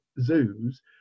zoos